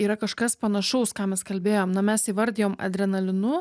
yra kažkas panašaus ką mes kalbėjom na mes įvardijom adrenalinu